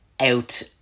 out